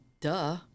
duh